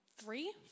three